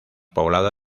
poblada